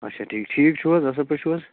اَچھا ٹھیٖک ٹھیٖک چھُو حظ اَصٕل پٲٹھۍ چھُو حظ